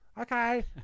okay